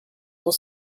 will